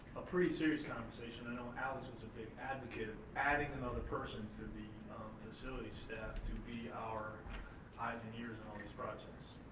a pretty serious conversation, i know alex was a big advocate of adding another person to the facility staff to be our eyes and ears on all these projects.